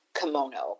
kimono